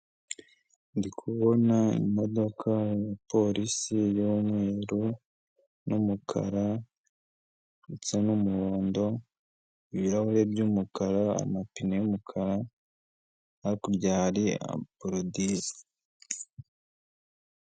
Ndi kubona imodoka ya polisi y'umweru n'umukara, ndetse n'umuhondo, ibirahuri by'umukara, amapine y'umukara hakurya hari aporodize.